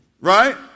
right